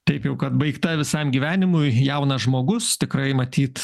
taip jau kad baigta visam gyvenimui jaunas žmogus tikrai matyt